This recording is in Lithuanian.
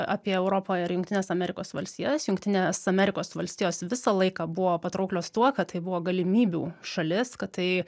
apie europą ir jungtines amerikos valstijas jungtinės amerikos valstijos visą laiką buvo patrauklios tuo kad tai buvo galimybių šalis kad tai